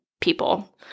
people